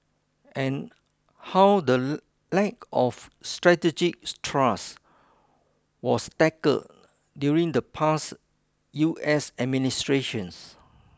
and how the lack of strategic trust was tackled during the past U S administrations